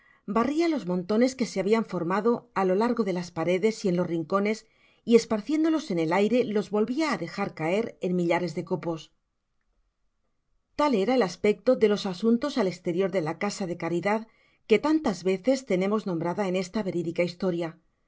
barria los montones que se habian forma do á lo largo de las paredes y en los rincones y es parciéndolos en el aire los volvia á dejar caer en mi llares de copos tal era el aspecto de los asuntos al exterior de la casa de la caridad que tantas veces tenemos nombrada en esta veridica historia